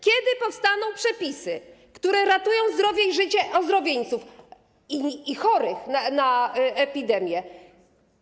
Kiedy powstaną przepisy, które ratują zdrowie i życie ozdrowieńców i chorych na epidemię?